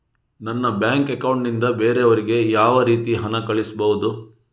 ನನ್ನ bank account ನಿಂದ ಬೇರೆಯವರಿಗೆ ಯಾವ ರೀತಿ ಹಣ ಕಳಿಸಬಹುದು?